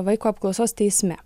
vaiko apklausos teisme